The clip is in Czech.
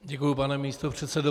Děkuji, pane místopředsedo.